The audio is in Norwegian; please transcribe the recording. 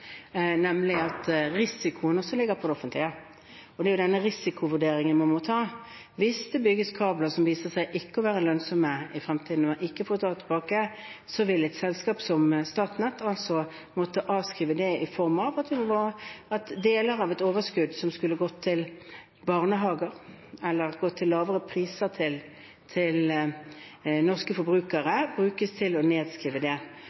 nemlig at risikoen ligger på det offentlige. Den risikovurderingen må man ta. Hvis det bygges kabler som viser seg ikke å være lønnsomme i fremtiden, og man ikke får trekke dem tilbake, vil et selskap som Statnett måtte avskrive det i form av at deler av et overskudd som skulle gått til barnehager eller lavere priser for norske forbrukere, brukes til å nedskrive det.